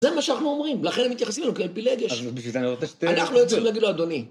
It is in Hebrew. זה מה שאנחנו אומרים, ולכן הם מתייחסים אלינו כאל פילגש. אז בשביל לדעת שאתה... אנחנו צריכים להגיד לו אדוני.